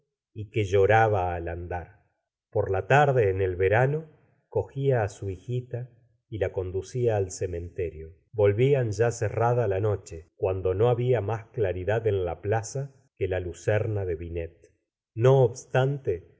r por la t arde en el v erano cogía á su hijita y la conducía al cementerio volvía n y a cerrada la no che cuando no había más claridad en la plaza que la lucerna de binet no obstante